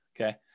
okay